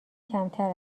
کمتر